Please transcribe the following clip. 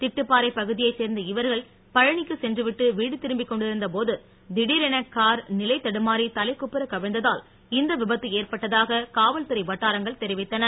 திட்டுபாறை பகுதியை சேர் ந்த இவர் கள் பழனிக்கு சென்று விட்டு வீடு திரும்பிக் கொண்டிருந்த போது திடீரென கார் நிலை தடுமாறி தலைக்கு ப் பு ற க் கவி ழ்ந்ததா ல் இந்த விப த்து ஏற்ப ட்டதாக காவ ல்துறை வட்டாரங்கள் தெரி வித்தன